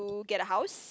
get a house